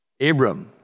Abram